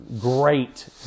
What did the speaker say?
great